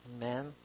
amen